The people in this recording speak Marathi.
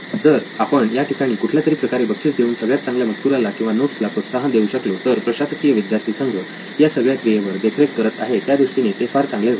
जर आपण या ठिकाणी कुठल्यातरी प्रकारे बक्षीस देऊन सगळ्यात चांगल्या मजकुराला किंवा नोट्सला प्रोत्साहन देऊ शकलो तर प्रशासकीय विद्यार्थी संघ या सगळ्या क्रियेवर देखरेख करत आहे त्यादृष्टीने ते फार चांगले होईल